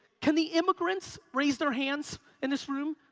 can the immigrants raise their hands in this room?